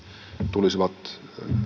tulisivat